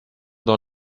dans